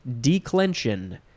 Declension